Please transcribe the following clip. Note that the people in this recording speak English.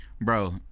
Bro